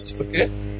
Okay